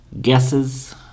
guesses